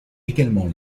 également